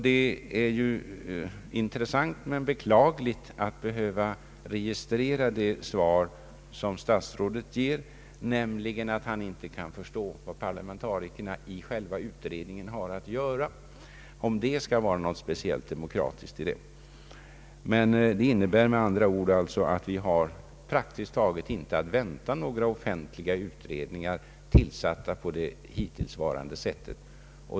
Det är intressant men beklagligt att behöva registrera det svar som statsrådet ger, nämligen att han inte kan förstå vad parlamentarikerna i själva utredningen har att göra — om det skall vara något speciellt demokratiskt i det. Detta innebär med andra ord att vi praktiskt taget inte har att vänta några offentliga utredningar, tillsatta på det hittillsvarande sättet.